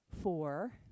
four